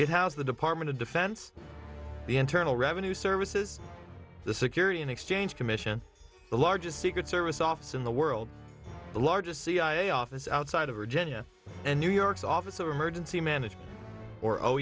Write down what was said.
it has the department of defense the internal revenue service is the security and exchange commission the largest secret service office in the world the largest cia office outside of virginia and new york's office of emergency manager or o